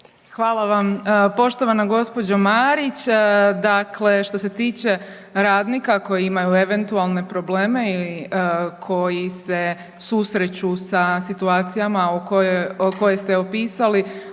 Hvala vam. Poštovana gospođo Marić, dakle što se tiče radnika koji imaju eventualne probleme ili koji se susreću sa situacijama koje ste opisali